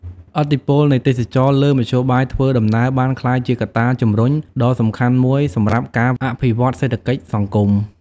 ឥទ្ធិពលនៃទេសចរណ៍លើមធ្យោបាយធ្វើដំណើរបានក្លាយជាកត្តាជំរុញដ៏សំខាន់មួយសម្រាប់ការអភិវឌ្ឍសេដ្ឋកិច្ចសង្គម។